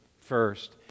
first